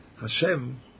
Hashem